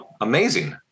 amazing